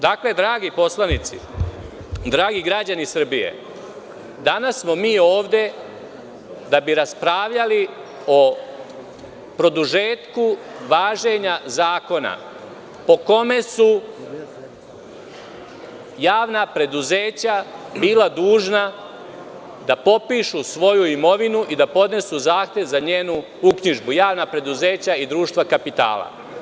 Dakle dragi poslanici, dragi građani Srbije, danas smo mi ovde da bi raspravljali o produžetku važenja zakona po kome su javna preduzeća bila dužna da popišu svoju imovinu i da podnesu zahtev za njenu uknjižbu javna preduzeća i društva kapitala.